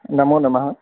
नमो नमः